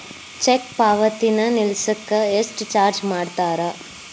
check ಪಾವತಿನ ನಿಲ್ಸಕ ಎಷ್ಟ ಚಾರ್ಜ್ ಮಾಡ್ತಾರಾ